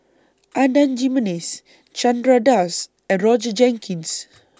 Adan Jimenez Chandra Das and Roger Jenkins